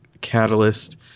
catalyst